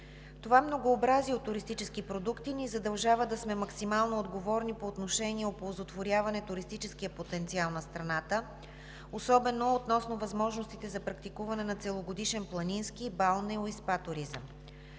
Това многообразие от туристически продукти ни задължава да сме максимално отговорни по отношение оползотворяване на туристическия потенциал на страната ни, особено относно възможностите за практикуване на целогодишен планински, балнео- и спа туризъм.